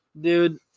Dude